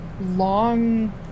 long